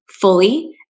fully